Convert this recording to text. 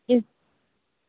جس